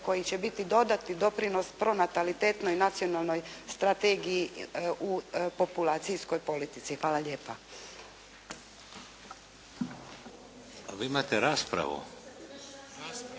koji će biti dodatni doprinos pronatalitetnoj nacionalnoj strategiji u populacijskoj politici. Hvala lijepa. **Šeks,